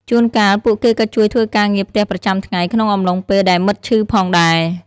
ជួនកាល ពួកគេក៏ជួយធ្វើការងារផ្ទះប្រចាំថ្ងៃ ក្នុងអំឡុងពេលដែលមិត្តឈឺផងដែរ។